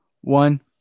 one